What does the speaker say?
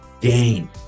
gain